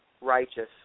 righteous